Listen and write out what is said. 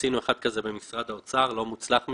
עשינו אחד כזה במשרד האוצר, לא מוצלח מדי,